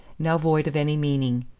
now void of any meaning.